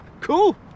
Cool